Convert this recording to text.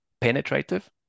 penetrative